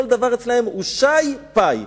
כל דבר אצלם הוא שה"י פה"י,